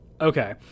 Okay